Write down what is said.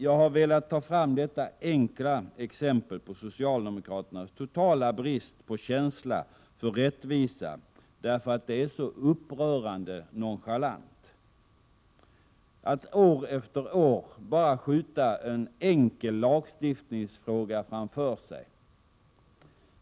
Jag har velat ta fram detta enkla exempel på socialdemokra ternas totala brist på känsla för rättvisa, därför att det är så upprörande nonchalant att år efter år bara skjuta en enkel lagstiftningsfråga framför sig.